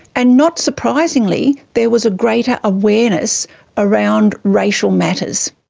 and not surprisingly, there was a greater awareness around racial matters.